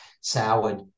soured